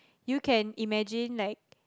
you can imagine like